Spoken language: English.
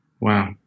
Wow